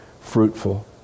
fruitful